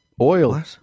oil